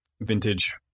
vintage